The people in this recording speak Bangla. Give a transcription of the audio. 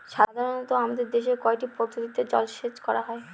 সাধারনত আমাদের দেশে কয়টি পদ্ধতিতে জলসেচ করা হয়?